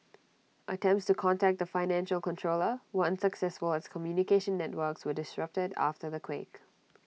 attempts to contact the financial controller were unsuccessful as communication networks were disrupted after the quake